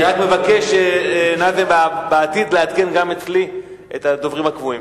אני רק מבקש בעתיד לעדכן גם אצלי את הדוברים הקבועים.